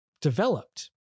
developed